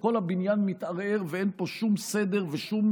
כל הבניין מתערער ואין פה שום סדר ושום